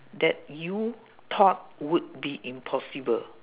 that you thought would be impossible